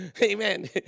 Amen